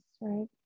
right